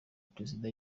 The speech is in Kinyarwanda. perezida